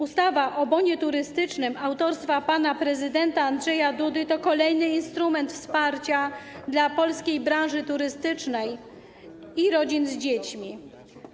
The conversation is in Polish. Ustawa o bonie turystycznym autorstwa pana prezydenta Andrzeja Dudy to kolejny instrument wsparcia dla polskiej branży turystycznej i rodzin z dziećmi.